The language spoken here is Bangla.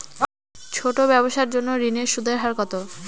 ছোট ব্যবসার জন্য ঋণের সুদের হার কত?